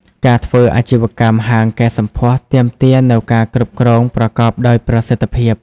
ការធ្វើអាជីវកម្មហាងកែសម្ផស្សទាមទារនូវការគ្រប់គ្រងប្រកបដោយប្រសិទ្ធភាព។